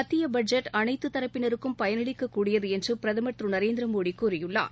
மத்திய பட்ஜெட் அளைத்து தரப்பினருக்கும் பயனளிக்கக் கூடியது என்று பிரதமர் திரு நரேந்திரமோடி கூறியுள்ளார்